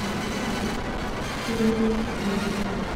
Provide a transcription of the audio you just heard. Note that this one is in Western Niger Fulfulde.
gimiiji jonta